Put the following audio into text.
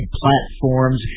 platforms